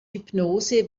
hypnose